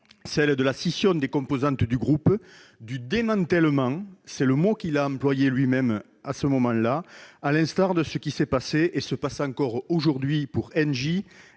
à savoir la scission des composantes du groupe, du démantèlement- c'est le mot qu'il a employé lui-même ce jour-là-, à l'instar de ce qui s'est passé et se passe encore pour Engie,